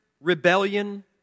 rebellion